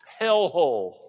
hellhole